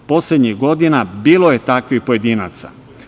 Poslednjih godina bilo je takvih pojedinaca.